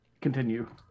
continue